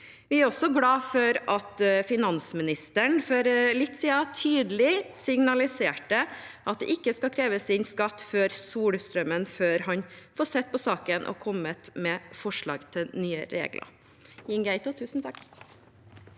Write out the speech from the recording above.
Vi er også glade for at finansministeren for litt siden tydelig signaliserte at det ikke skal kreves inn skatt for solstrømmen før han får sett på saken og kommet med forslag til nye regler.